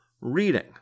reading